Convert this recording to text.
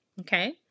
Okay